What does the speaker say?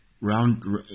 round